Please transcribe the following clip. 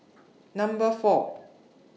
Number four